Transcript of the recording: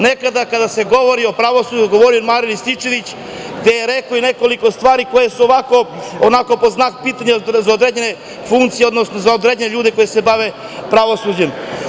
Nekada kada se govori o pravosuđu, govorio je Marijan Rističević, rekao je nekoliko stvari koje su onako pod znakom pitanja za određene funkcije, odnosno za određene ljude koje se bave pravosuđem.